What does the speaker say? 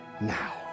now